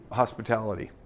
hospitality